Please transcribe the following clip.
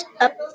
up